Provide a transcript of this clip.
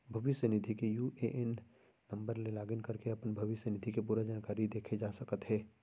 भविस्य निधि के यू.ए.एन नंबर ले लॉगिन करके अपन भविस्य निधि के पूरा जानकारी देखे जा सकत हे